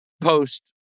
post